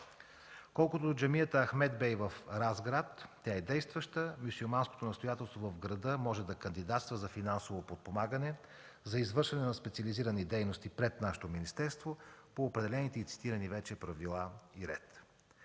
Колкото до Джамията „Ахмед бей” в Разград, тя е действаща. Мюсюлманското настоятелство в града може да кандидатства за финансово подпомагане за извършване на специализирани дейности пред нашето министерство по определените и цитирани вече правила и ред.